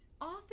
often